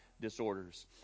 disorders